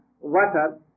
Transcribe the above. water